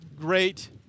Great